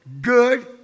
good